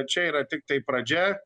čia yra tiktai pradžia